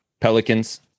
Pelicans